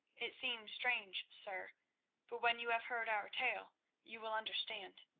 it seems strange, sir but when you have heard our tale you will understand.